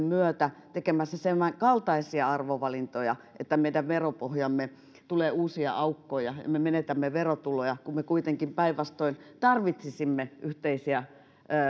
myötä tekemässä saman kaltaisia arvovalintoja että meidän veropohjaamme tulee uusia aukkoja ja me menetämme verotuloja kun me kuitenkin päinvastoin tarvitsisimme yhteisiä